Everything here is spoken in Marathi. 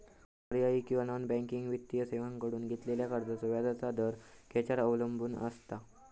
पर्यायी किंवा नॉन बँकिंग वित्तीय सेवांकडसून घेतलेल्या कर्जाचो व्याजाचा दर खेच्यार अवलंबून आसता?